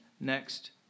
next